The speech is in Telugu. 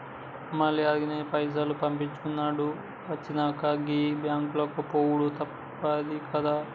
మళ్ల ఆన్లైన్ల పైసలు పంపిచ్చుకునుడు వచ్చినంక, గీ బాంకులకు పోవుడు తప్పిందిగదా